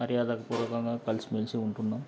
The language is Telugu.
మర్యాద పూర్వకంగా కలిసిమెలిసి ఉంటున్నాం